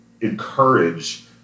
encourage